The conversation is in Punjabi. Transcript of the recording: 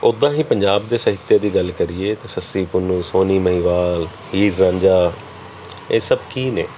ਓਦਾਂ ਹੀ ਪੰਜਾਬ ਦੇ ਸਹਿਤਯ ਦੀ ਗੱਲ ਕਰੀਏ ਤਾਂ ਸੱਸੀ ਪੁੰਨੂੰ ਸੋਨੀ ਮਹੀਵਾਲ ਹੀਰ ਰਾਂਝਾ ਇਹ ਸਭ ਕੀ ਨੇ